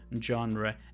genre